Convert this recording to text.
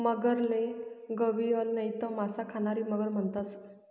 मगरले गविअल नैते मासा खानारी मगर म्हणतंस